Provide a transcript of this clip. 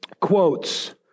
quotes